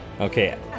okay